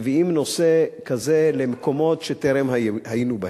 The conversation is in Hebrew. מביאים נושא כזה למקומות שטרם היינו בהם,